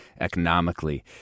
economically